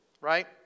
Right